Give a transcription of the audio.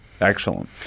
Excellent